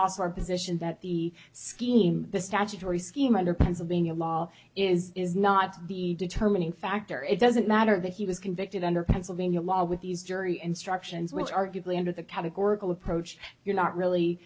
our position that the scheme the statutory scheme under pennsylvania law is is not the determining factor it doesn't matter that he was convicted under pennsylvania law with these jury instructions which arguably under the categorical approach you're not really